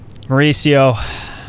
mauricio